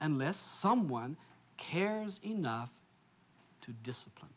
unless someone cares enough to discipline